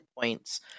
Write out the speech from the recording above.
points